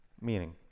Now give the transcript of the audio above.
Meaning